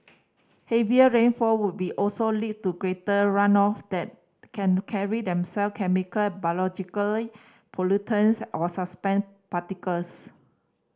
heavier rainfall would be also lead to greater runoff that can carry themselves chemical and biologically pollutants or suspended particles